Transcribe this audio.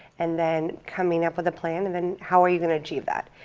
and then coming up with a plan and then how are you going to achieve that?